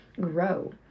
grow